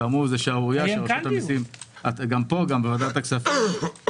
גם בוועדת הכספים,